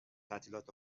تعطیلات